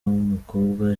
w’umukobwa